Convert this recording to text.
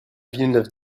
villeneuve